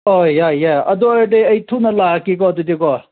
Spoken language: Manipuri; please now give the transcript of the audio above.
ꯍꯣꯏ ꯌꯥꯏ ꯌꯥꯏ ꯑꯗꯨ ꯑꯣꯏꯔꯗꯤ ꯑꯩ ꯊꯨꯅ ꯂꯥꯛꯑꯒꯦꯀꯣ ꯑꯗꯨꯗꯤꯀꯣ